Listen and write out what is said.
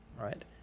right